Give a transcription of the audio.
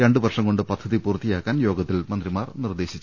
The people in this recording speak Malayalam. രണ്ട് വർഷം കൊണ്ട് പദ്ധതി പൂർത്തി യാക്കാൻ യോഗത്തിൽ മന്ത്രിമാർ നിർദേശിച്ചു